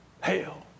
Hell